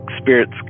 spirits